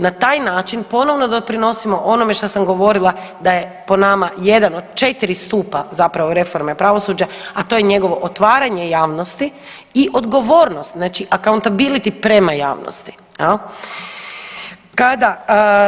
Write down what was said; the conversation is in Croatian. Na taj način ponovno doprinosimo onome što sam govorila da je po nama jedan od 4 stupa zapravo reforme pravosuđa, a to je njegovo otvaranje javnosti i odgovornost znači… [[Govornik se ne razumije]] prema javnosti jel.